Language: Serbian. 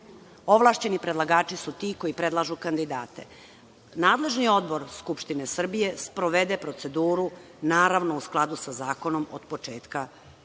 Ovlašćeni predlagači su ti koji predlažu kandidate. Nadležni odbor Skupštine Srbije sprovede proceduru, naravno, u skladu sa zakonom od početka do kraja.